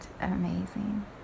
amazing